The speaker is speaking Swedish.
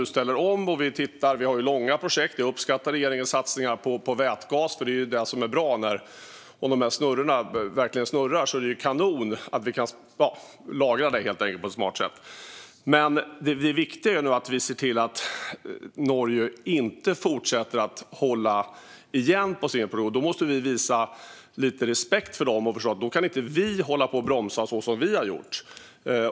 Nu ställer vi om, och vi har långa projekt. Jag uppskattar regeringens satsningar på vätgas. Det är ju det som är bra; om de där snurrorna verkligen snurrar är det kanon att vi kan lagra det på ett smart sätt. Medan vi ställer om är det dock viktigt att vi ser till att Norge inte fortsätter att hålla igen på sin produktion. Vi måste visa lite respekt för dem och förstå att vi inte kan hålla på och bromsa så som vi har gjort.